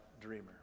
dreamer